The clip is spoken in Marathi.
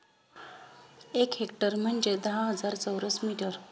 एक हेक्टर म्हणजे दहा हजार चौरस मीटर